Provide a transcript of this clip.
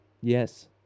Yes